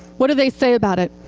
what do they say about it.